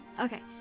Okay